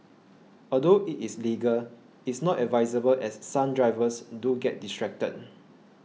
although it is legal is not advisable as some drivers do get distracted